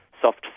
soft